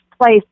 place